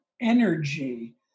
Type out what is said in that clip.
energy